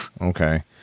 Okay